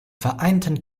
vereinten